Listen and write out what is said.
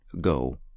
go